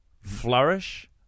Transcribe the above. flourish